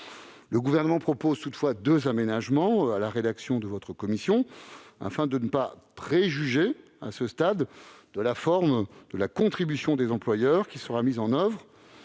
Le Gouvernement propose toutefois deux modifications à la rédaction de la commission afin de ne pas préjuger à ce stade de la forme de la contribution des employeurs qui sera mise en oeuvre